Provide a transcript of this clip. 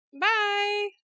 Bye